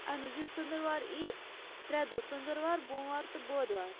اَہَن حظ یُس ژٔنٛدٕر وار یی ترٛےٚ دۄہ ژٔنٛدٕر وار بوموار تہٕ بودٕ وار